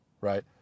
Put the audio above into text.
right